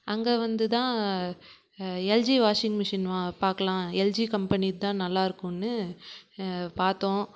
அங்க வந்துதான் LG washing machine வ பார்க்கலாம் எல்ஜி கம்பெனி தான் நல்லாயிருக்குன்னு பார்த்தோம்